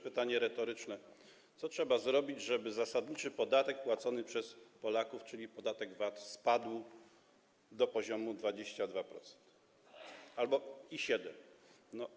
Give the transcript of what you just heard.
Pytanie retoryczne: Co trzeba zrobić, żeby zasadniczy podatek płacony przez Polaków, czyli podatek VAT, spadł do poziomu 22 albo 7%?